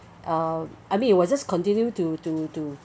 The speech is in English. uh I mean it'll just continue to to to